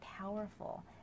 powerful